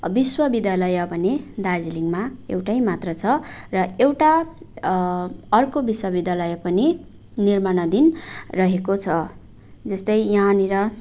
विश्वविद्यालय भने दार्जिलिङमा एउटै मात्र छ र एउटा अर्को विश्वविद्यालय पनि निर्माणाधीन रहेको छ जस्तै यहाँनेर